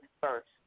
first